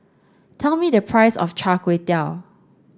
tell me the price of Char Kway Teow